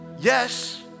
Yes